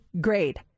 grade